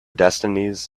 destinies